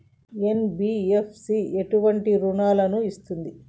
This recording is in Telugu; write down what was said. ఎన్.బి.ఎఫ్.సి ఎటువంటి రుణాలను ఇస్తుంది?